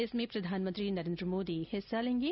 जिसमें प्रधानमंत्री नरेन्द्र मोदी हिस्सा लेंगे